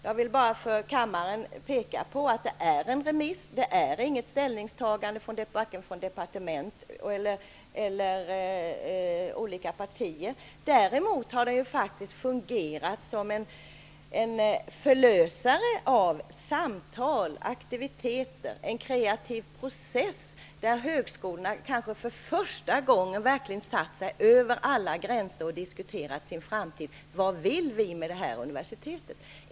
Jag vill för kammaren påpeka att det är fråga om remiss och inget ställningstagande vare sig från departementet eller från olika partier. Däremot har förslaget faktiskt fungerat som en förlösare till samtal, aktiviteter och en kreativ process, där högskolorna för första gången verkligen över gränserna diskuterat sin framtid och funderat på vad vi vill med universitet och högskolor.